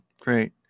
Great